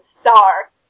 star